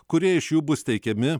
kurie iš jų bus teikiami